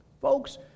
Folks